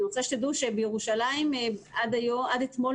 אני רוצה שתדעו שבירושלים עד אתמול